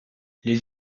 les